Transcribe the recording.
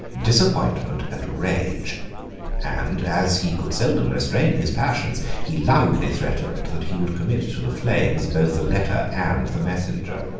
disappointment, and rage and as he could seldom restrain his passions, he loudly threatened, that he would commit to the flames both the letter and the messenger.